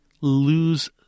lose